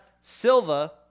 Silva